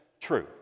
true